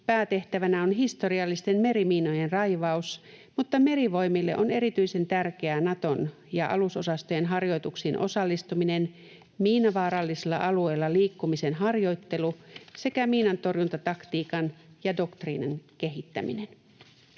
päätehtävänä on historiallisten merimiinojen raivaus, mutta Merivoimille on erityisen tärkeää Naton ja alusosastojen harjoituksiin osallistuminen, miinavaarallisella alueella liikkumisen harjoittelu sekä miinantorjuntataktiikan ja ‑doktriinin kehittäminen.